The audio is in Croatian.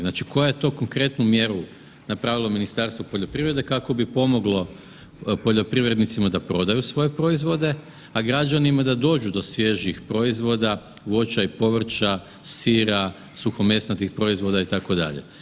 Znači koju je to konkretnu mjeru napravilo Ministarstvo poljoprivrede kako bi pomoglo poljoprivrednicima da prodaju svoje proizvode, a građanima da dođu do svježih proizvoda, voća i povrća, sira, suhomesnatih proizvoda itd.